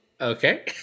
okay